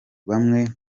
bamwe